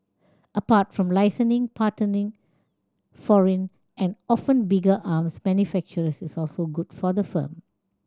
apart from licensing partnering foreign and often bigger arms manufacturers is also good for the firm